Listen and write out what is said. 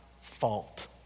fault